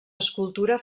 escultura